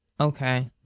Okay